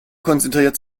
konzentriert